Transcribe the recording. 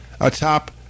atop